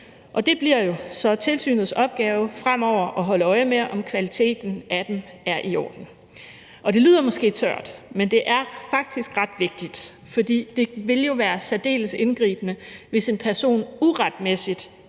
Og det bliver jo så tilsynets opgave fremover at holde øje med, om kvaliteten af det er i orden. Det lyder måske tørt, men det er faktisk ret vigtigt, for det vil jo være særdeles indgribende, hvis en person uretmæssigt